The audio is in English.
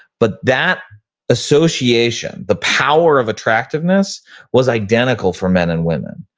but that association, the power of attractiveness was identical for men and women.